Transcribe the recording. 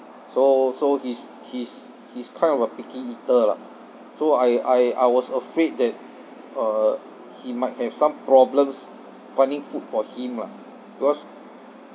so so he's he's he's kind of a picky eater lah so I I I was afraid that uh he might have some problems finding food for him lah because